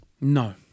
No